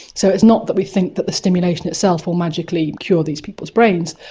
so it's not that we think that the stimulation itself will magically cure these people's brains,